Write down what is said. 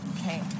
Okay